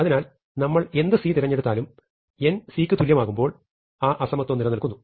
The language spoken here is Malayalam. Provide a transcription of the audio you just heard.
അതിനാൽ നമ്മൾ എന്ത് c തെരെഞ്ഞെടുത്താലും n c ആകുമ്പോൾ ആ അസമത്വം നിലനിൽക്കുന്നു